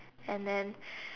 and then